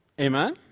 Amen